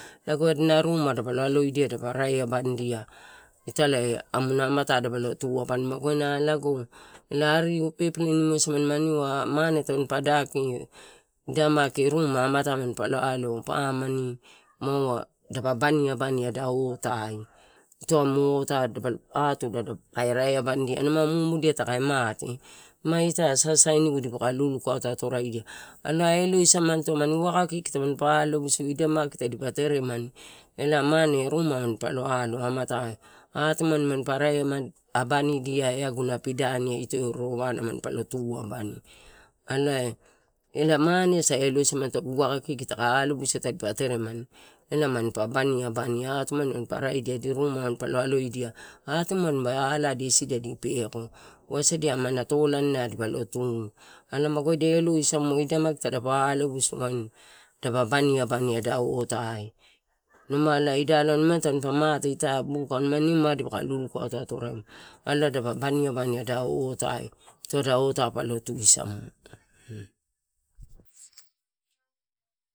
Lago adina ruma dapalo aloidia ita lae amuna amatai dapalo abani ah magu waina lago, elae ari pepelenimua samani maniua mane tadapa daki, ida maki ruma amatai manpa lo alo, pamani maua dapa baniaba ni amu otai, atuda rae aredia, ma mumudia taka mate, italae ma sasainigu dipa lukauto atoradia alea elo samanito amani waka kiki tampa alobusu, idai maki tadipa teremani, ela mane ruma manpa lo alo amatai, atumani manpa rai abanidia eh aguna pidani ai ito roroana manpa tu abani. Atoai elae mane asa elosamanito elae waka kiki takae alobusia tadipa teremani elae manpa baniabani atunani manpa rae dia adi ruma manpa lo aloidia, atumani aladia isi dia di peko, wasadia aman topolai dipo lotu alai magu waidia elosamu lago idia maki tadapa alobusu daba baniabani ada otai uma elae imani tampa mate ita buka, ma elae nimu elae dipaka lakauto atoraimu alolai dapa baniabani ito ada otai, ito ada otai palo tusamu.